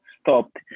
stopped